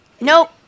Nope